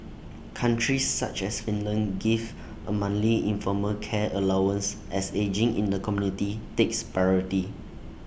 countries such as Finland give A monthly informal care allowance as ageing in the community takes priority